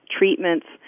treatments